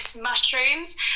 mushrooms